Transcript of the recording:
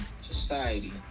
society